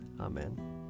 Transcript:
Amen